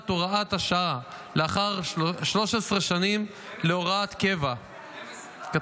הוראת השעה לאחר 13 שנים להוראת קבע --- 12,